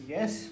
Yes